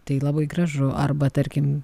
tai labai gražu arba tarkim